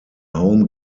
home